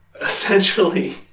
essentially